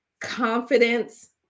confidence